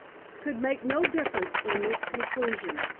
could make no difference in this conclusion.